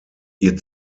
ihr